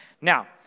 Now